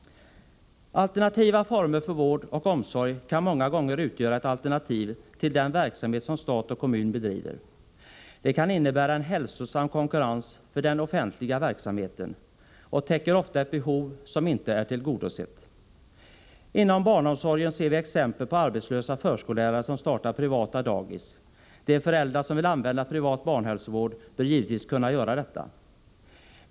Alternativa former för vård och omsorg kan många gånger utgöra ett alternativ till den verksamhet som stat och kommun bedriver. De kan innebära en hälsosam konkurrens för den offentliga verksamheten och täcker ofta ett behov som inte är tillgodosett. Inom barnomsorgen ser vi exempel på arbetslösa förskollärare som startar privata dagis. De föräldrar som vill använda privat barnhälsovård bör givetvis kunna göra detta.